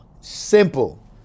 simple